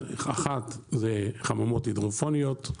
חממות הידרופוניות,